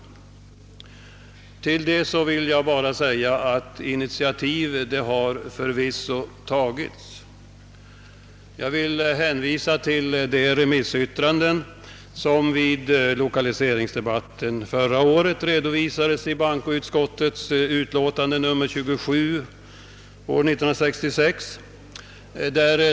Gentemot detta vill jag bara anföra att initiativ förvisso har tagits. Jag hänvisar till de remissyttranden, som vid lokaliseringsdebatten år 1966 redovisades i bankoutskottets utlåtande nr 27.